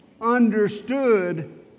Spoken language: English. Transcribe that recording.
understood